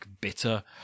bitter